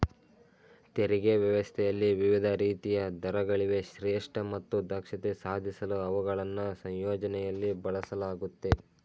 ತೆರಿಗೆ ವ್ಯವಸ್ಥೆಯಲ್ಲಿ ವಿವಿಧ ರೀತಿಯ ದರಗಳಿವೆ ಶ್ರೇಷ್ಠ ಮತ್ತು ದಕ್ಷತೆ ಸಾಧಿಸಲು ಅವುಗಳನ್ನ ಸಂಯೋಜನೆಯಲ್ಲಿ ಬಳಸಲಾಗುತ್ತೆ